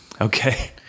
Okay